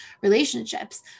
relationships